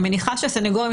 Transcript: אני מניחה שהסנגורים,